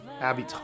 Abby